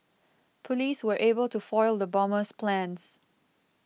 police were able to foil the bomber's plans